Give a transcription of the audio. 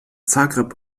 zagreb